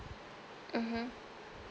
mmhmm